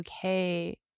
okay